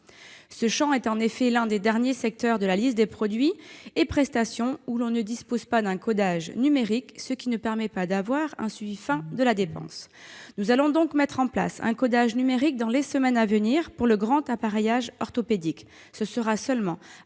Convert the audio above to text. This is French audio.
Ce champ est en effet l'un des derniers secteurs de la liste des produits et prestations pour lequel on ne dispose pas d'un codage numérique, ce qui ne permet pas d'avoir un suivi fin de la dépense. Nous allons donc mettre en place un codage numérique dans les semaines à venir pour le grand appareillage orthopédique.